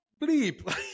bleep